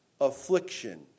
affliction